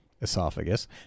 esophagus